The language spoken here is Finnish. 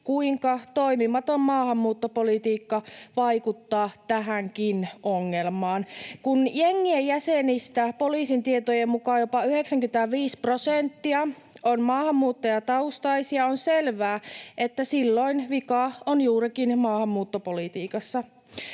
kuinka toimimaton maahanmuuttopolitiikka vaikuttaa tähänkin ongelmaan. Kun jengien jäsenistä poliisin tietojen mukaan jopa 95 prosenttia on maahanmuuttajataustaisia, on selvää, että silloin vika on juurikin maahanmuuttopolitiikassa.